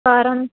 ਕਾਰਨ